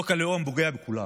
חוק הלאום פוגע בכולם.